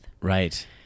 Right